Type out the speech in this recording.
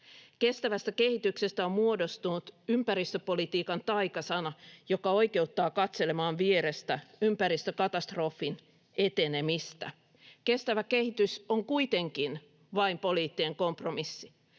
Kestävästä kehityksestä on muodostunut ympäristöpolitiikan taikasana, joka oikeuttaa katselemaan vierestä ympäristökatastrofin etenemistä. Kestävä kehitys on kuitenkin vain poliittinen kompromissi.